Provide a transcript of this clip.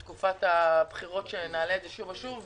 בתקופת הבחירות שנעלה את זה שוב ושוב,